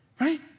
right